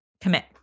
commit